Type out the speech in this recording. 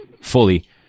fully